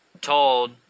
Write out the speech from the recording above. told